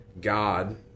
God